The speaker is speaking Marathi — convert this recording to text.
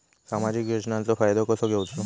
सामाजिक योजनांचो फायदो कसो घेवचो?